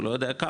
או לא יודע כמה,